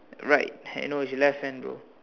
right hand no his left hand bro